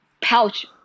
pouch